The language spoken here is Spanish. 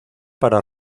para